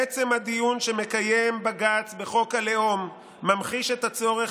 עצם הדיון שמקיים בג"ץ בחוק הלאום ממחיש את הצורך